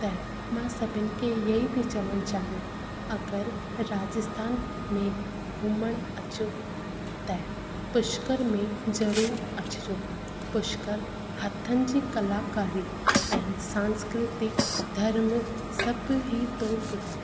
त मां सभिनी खे इहो ई चवणु चाहियां अगरि राजस्थान में घुमण अचो त पुष्कर में ज़रूरु अचिजो पुष्कर हथनि जी कलाकारी ऐं सांस्कृति धर्म सभु ई थो ॿुधाए